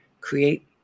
create